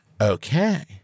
Okay